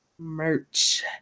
Merch